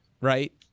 right